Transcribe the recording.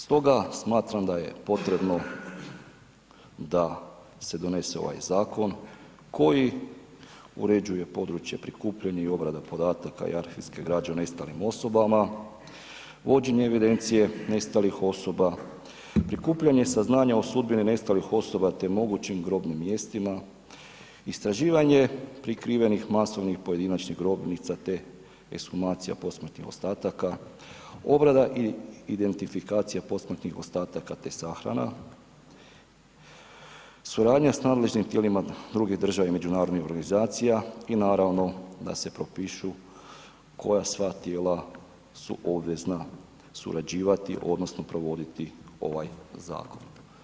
Stoga smatram da je potrebno da se donese ovaj zakon koji uređuje područje prikupljanja i obrada podataka i arhivske građe o nestalim osobama, vođenje evidencije nestalih osoba, prikupljanje saznanja o sudbini nestalih osoba te mogućim grobnim mjestima, istraživanje prikrivenih masovnih pojedinačnih grobnica te ekshumacija posmrtnih ostataka, obrada i identifikacija posmrtnih ostataka te sahrana, suradnja s nadležnim tijelima druge države i međunarodnih organizacija i naravno da se propišu koja sva tijela su obvezna surađivati odnosno provoditi ovaj zakon.